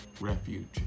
Refuge